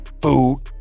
Food